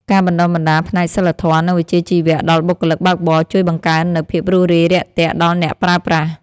ការបណ្ដុះបណ្ដាលផ្នែកសីលធម៌ និងវិជ្ជាជីវៈដល់បុគ្គលិកបើកបរជួយបង្កើននូវភាពរួសរាយរាក់ទាក់ដល់អ្នកប្រើប្រាស់។